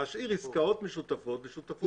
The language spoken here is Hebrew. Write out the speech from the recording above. להשאיר עסקאות משותפות ושותפות בנכסים.